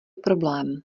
problém